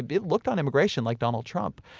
it looked on immigration like donald trump.